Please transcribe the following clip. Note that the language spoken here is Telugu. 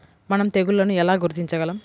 మనం తెగుళ్లను ఎలా గుర్తించగలం?